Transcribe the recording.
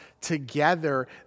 together